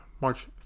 March